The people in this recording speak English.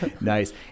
nice